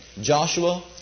Joshua